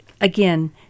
again